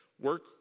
work